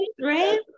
right